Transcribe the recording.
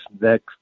next